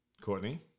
Courtney